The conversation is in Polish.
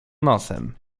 nosem